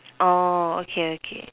oh okay okay